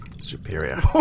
Superior